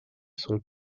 son